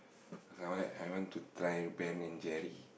cause I want to try Ben-and-Jerry